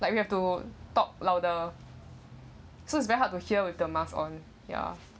but we have to talk louder so it's very hard to hear with the mask on ya